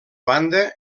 banda